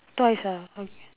twice ah okay